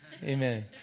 Amen